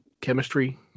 chemistry